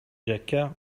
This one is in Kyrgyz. жакка